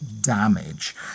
damage